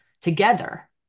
together